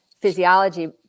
physiology